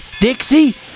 Dixie